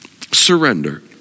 Surrender